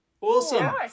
Awesome